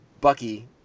Bucky